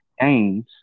games